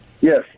Yes